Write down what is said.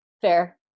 Fair